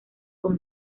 con